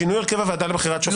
שינוי הרכב הוועדה לבחירת שופטים.